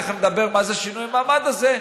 תכף נדבר מה זה שינוי המעמד הזה,